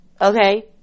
Okay